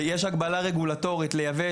יש הגבלה רגולטורית על היבוא,